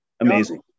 Amazing